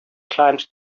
climbed